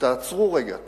תעצרו רגע.